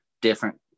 different